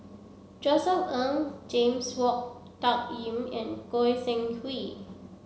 Josef Ng James Wong Tuck Yim and Goi Seng Hui